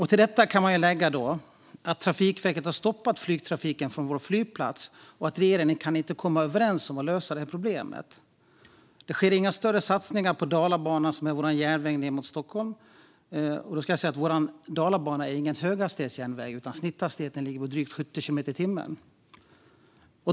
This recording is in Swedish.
Till detta kan man lägga att Trafikverket har stoppat flygtrafiken på vår flygplats och att regeringen inte kan komma överens om att lösa problemet. Det sker inga större satsningar på Dalabanan, som är vår järnväg ned mot Stockholm. Och det ska sägas att det inte är någon höghastighetsjärnväg, utan snitthastigheten ligger på drygt 70 kilometer i timmen.